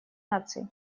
наций